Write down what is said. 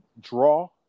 draw